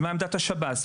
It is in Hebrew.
ומה עמדת השב"ס,